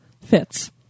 fits